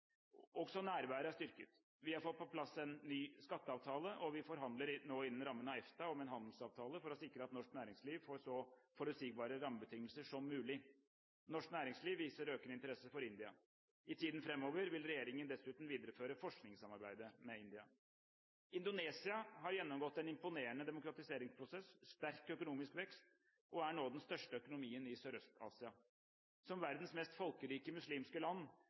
Også nærværet er styrket. Vi har fått på plass en ny skatteavtale, og vi forhandler nå innen rammen av EFTA om en handelsavtale for å sikre at norsk næringsliv får så forutsigbare rammebetingelser som mulig. Norsk næringsliv viser økende interesse for India. I tiden framover vil regjeringen dessuten videreføre forskningssamarbeidet med India. Indonesia har gjennomgått en imponerende demokratiseringsprosess, sterk økonomisk vekst og er nå den største økonomien i Sørøst-Asia. Som verdens mest folkerike muslimske land